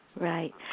Right